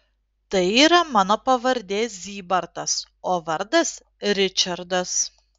tai yra mano pavardė zybartas o vardas ričardas